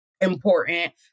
important